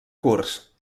curs